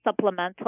supplemental